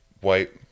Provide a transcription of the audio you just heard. white